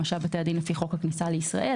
למשל בתי הדין לפי חוק הכניסה לישראל,